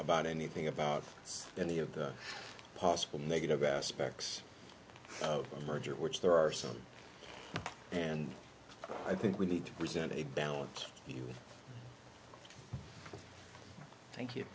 about anything about any of the possible negative aspects of a merger which there are some and i think we need to present a balance here thank you